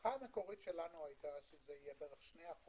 ההערכה המקורית שלנו היתה שזה יהיה בין 2%,